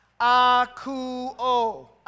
Akuo